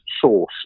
source